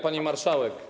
Pani Marszałek!